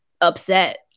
upset